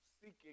seeking